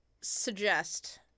suggest